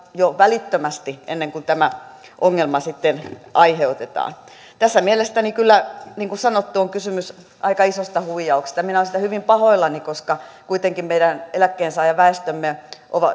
jo välittömästi ennen kuin tämä ongelma sitten aiheutetaan tässä mielestäni kyllä niin kuin sanottu on kysymys aika isosta huijauksesta minä olen siitä hyvin pahoillani koska kuitenkin meidän eläkkeensaajaväestömme